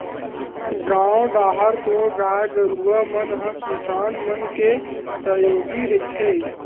गाँव डाहर तो गाय गरुवा मन ह किसान मन के सहयोगी रहिथे